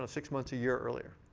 ah six months, a year, earlier.